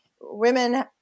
women